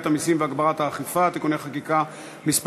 המסים והגברת האכיפה (תיקוני חקיקה) (מס'